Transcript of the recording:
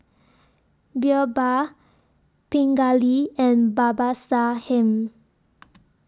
Birbal Pingali and Babasaheb